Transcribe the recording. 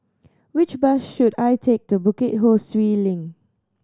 which bus should I take to Bukit Ho Swee Link